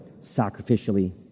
sacrificially